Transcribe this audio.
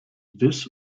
this